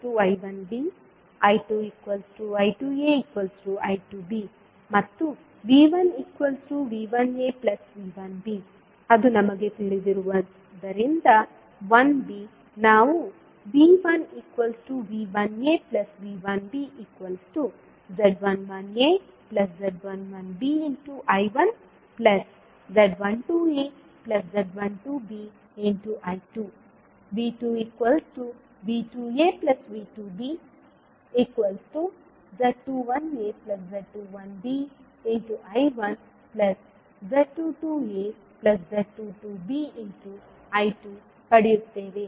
I1I1aI1bI2I2aI2b ಮತ್ತು V1V1aV1b ಅದು ನಮಗೆ ತಿಳಿದಿರುವುದರಿಂದ 1b ನಾವು V1V1aV1bz11az11bI1z12az12bI2 V2V2aV2bz21az21bI1z22az22bI2 ಪಡೆಯುತ್ತೇವೆ